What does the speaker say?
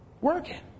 Working